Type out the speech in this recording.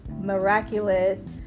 miraculous